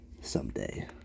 someday